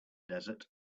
desert